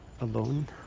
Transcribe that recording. alone